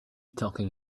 talking